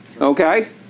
okay